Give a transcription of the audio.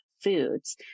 foods